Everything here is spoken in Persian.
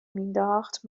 مینداخت